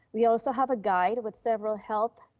we also have a guide with several health,